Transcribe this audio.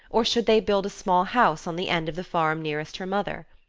or should they build a small house on the end of the farm nearest her mother?